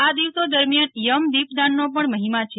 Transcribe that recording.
આ દિવસો દરમ્યાન યમ દીપદાનનો પણ મહિમાં છે